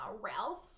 Ralph